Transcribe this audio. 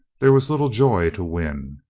there was little joy to win.